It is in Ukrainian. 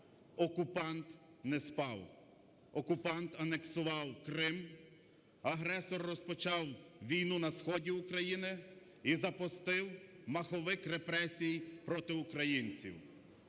окупант не спав, окупант анексував Крим, агресор розпочав війну на сході України і запустив маховик репресій проти українців.